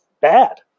bad